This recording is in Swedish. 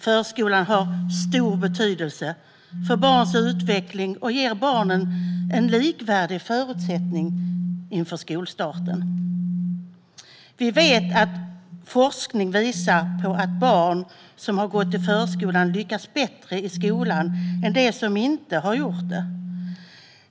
Förskolan har stor betydelse för barns utveckling och ger barnen likvärdiga förutsättningar inför skolstarten. Vi vet att forskning visar på att barn som har gått i förskolan lyckas bättre i skolan än de som inte har gjort det.